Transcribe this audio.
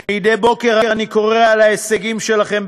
מדי בוקר אני קורא על ה"הישגים" שלכם,